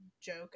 joke